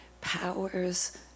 powers